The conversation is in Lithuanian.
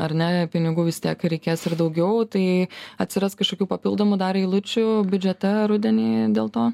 ar ne pinigų vis tiek reikės ir daugiau tai atsiras kažkokių papildomų dar eilučių biudžete rudenį dėl to